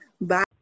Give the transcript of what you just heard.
Bye